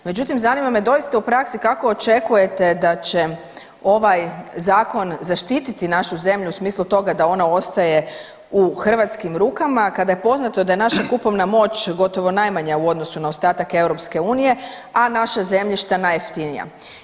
Međutim zanima me doista u praksi kako očekujete da će ovaj zakon zaštiti našu zemlju u smislu toga da ona ostaje u hrvatskih rukama kada je poznato da je naša kupovna moć gotovo najmanja u odnosu na ostatak EU, a naša zemljišta najjeftinija?